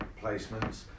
placements